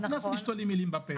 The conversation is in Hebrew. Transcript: אל תשתלי לי מילים בפה.